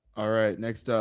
all right. next up,